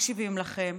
מקשיבים לכם,